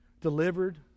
Delivered